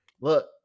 look